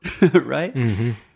right